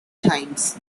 times